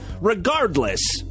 regardless